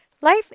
life